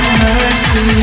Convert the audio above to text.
mercy